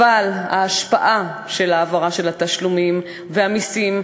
אבל ההשפעה של ההעברה של התשלומים והמסים,